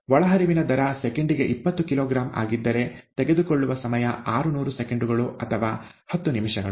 ಒಳಹರಿವಿನ ದರ ಸೆಕೆಂಡಿಗೆ ಇಪ್ಪತ್ತು ಕಿಲೋಗ್ರಾಂ ಆಗಿದ್ದರೆ ತೆಗೆದುಕೊಳ್ಳುವ ಸಮಯ ಆರು ನೂರು ಸೆಕೆಂಡುಗಳು ಅಥವಾ ಹತ್ತು ನಿಮಿಷಗಳು